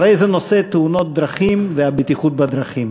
הרי הוא נושא תאונות הדרכים והבטיחות בדרכים.